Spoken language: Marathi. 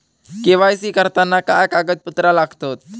के.वाय.सी करताना काय कागदपत्रा लागतत?